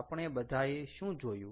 આપણે બધાએ શું જોયું